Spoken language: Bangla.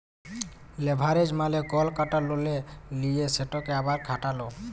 লেভারেজ মালে কল টাকা ললে লিঁয়ে সেটকে আবার খাটালো